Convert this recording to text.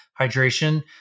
hydration